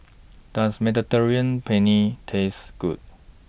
Does Mediterranean Penne Taste Good